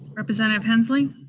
representative hensley?